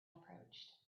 approached